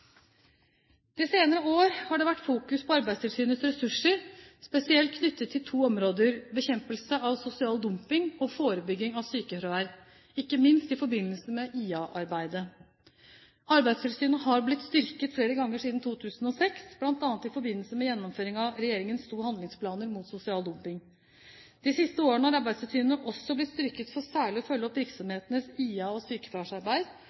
De senere år har det vært fokus på Arbeidstilsynets ressurser, spesielt knyttet til to områder: bekjempelse av sosial dumping og forebygging av sykefravær, ikke minst i forbindelse med IA-arbeidet. Arbeidstilsynet har blitt styrket flere ganger siden 2006, bl.a. i forbindelse med gjennomføringen av regjeringens to handlingsplaner mot sosial dumping. De siste årene har Arbeidstilsynet også blitt styrket for særlig å følge opp virksomhetenes IA- og sykefraværsarbeid,